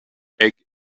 egg